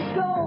go